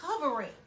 covering